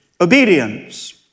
Obedience